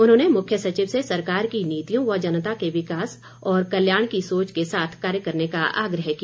उन्होंने मुख्य सचिव से सरकार की नीतियों व जनता के विकास और कल्याण की सोच के साथ कार्य करने का आग्रह किया